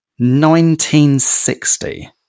1960